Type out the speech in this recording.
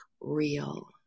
real